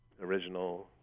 original